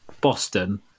Boston